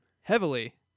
heavily